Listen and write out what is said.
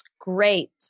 great